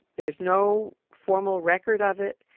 there's no formal record of it.